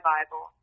Bible